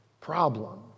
problem